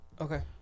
Okay